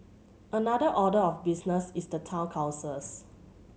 another order of business is the town councils